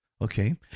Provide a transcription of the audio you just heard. Okay